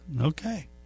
Okay